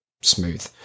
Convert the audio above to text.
smooth